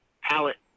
palette